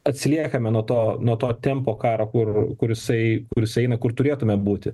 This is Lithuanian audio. atsiliekame nuo to nuo to tempo karo kur kur jisai kur jisai kur turėtume būti